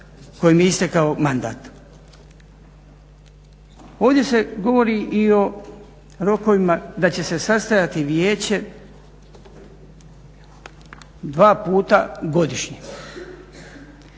kojem je istekao mandat. Ovdje se govori i o rokovima da će se sastajati vijeće dva puta godišnje.